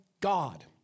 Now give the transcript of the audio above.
God